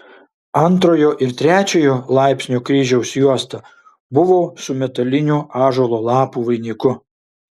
antrojo ir trečiojo laipsnio kryžiaus juosta buvo su metaliniu ąžuolo lapų vainiku